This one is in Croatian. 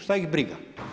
Šta ih briga.